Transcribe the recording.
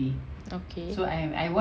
okay